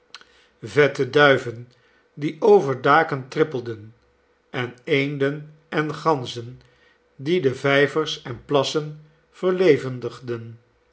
vette duiven die over daken trippelden en eenden en ganzen die de vijvers en plassen